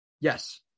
Yes